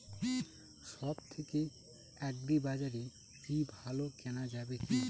সব থেকে আগ্রিবাজারে কি ভালো কেনা যাবে কি?